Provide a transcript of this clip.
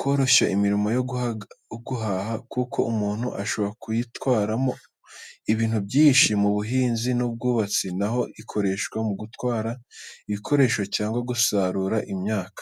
koroshya imirimo yo guhaha kuko umuntu ashobora kuyitwaraho ibintu byinshi. Mu buhinzi n’ubwubatsi naho ikoreshwa mu gutwara ibikoresho cyangwa gusarura imyaka.